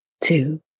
two